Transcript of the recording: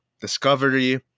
discovery